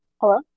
hello